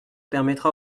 permettra